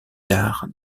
dard